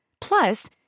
Plus